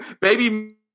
Baby